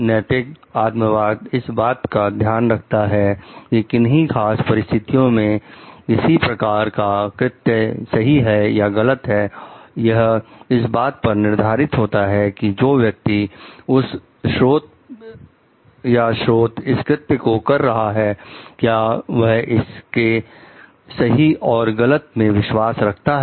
नैतिक आत्मवाद इस बात का ध्यान रखता है किकिन्ही खास परिस्थितियों में किसी प्रकार का कृत्य सही है या गलत है यह इस बात पर निर्धारित होता है कि जो व्यक्ति या स्रोत इस कृत्य को कर रहा है क्या वह इसके सही और गलत में विश्वास रखता है